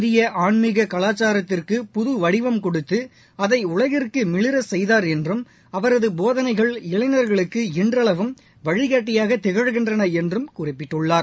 இந்திய ஆன்மீக கலாச்சாரத்திற்கு புது வடிவம் கொடுத்து அதை உலகிற்கு மிளிரச் செய்தாா் என்றும் அவரது போதனைகள் இளைஞர்களுக்கு இன்றளவும் வழிகாட்டியாக திகழ்கின்றன என்றும் குறிப்பிட்டுள்ளார்